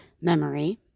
memory